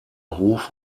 hof